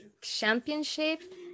championship